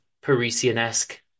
Parisian-esque